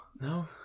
No